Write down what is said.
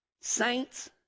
saints